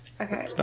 Okay